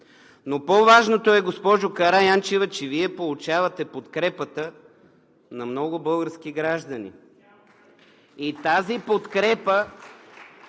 По-важното е, госпожо Караянчева, че Вие получавате подкрепата на много български граждани. И тази подкрепа